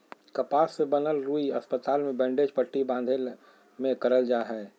कपास से बनल रुई अस्पताल मे बैंडेज पट्टी बाँधे मे करल जा हय